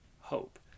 hope